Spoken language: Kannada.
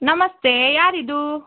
ನಮಸ್ತೆ ಯಾರಿದು